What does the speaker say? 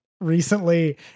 recently